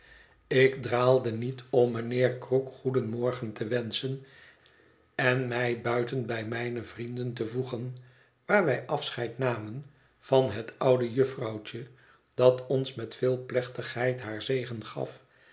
ik draalde niet om mijnheer krook goedenmorgen te wenschen en mij buiten bij mijne vrienden te voegen waar wij afscheid namen van het oude juf vrouwtje dat ons met veel plechtigheid haar zegen gaf